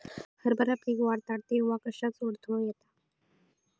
हरभरा पीक वाढता तेव्हा कश्याचो अडथलो येता?